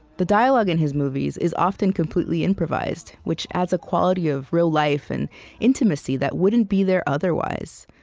the dialogue in his movies is often completely improvised, which adds a quality of real life and intimacy that wouldn't be there otherwise.